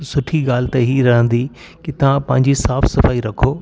सुठी ॻाल्हि त इहा रहंदी कि तव्हां पंहिंजी साफ़ सफ़ाई रखो